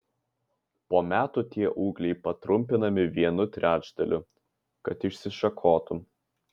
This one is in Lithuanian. po metų tie ūgliai patrumpinami vienu trečdaliu kad išsišakotų